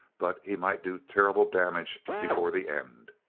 but he might do terrible damage before the end.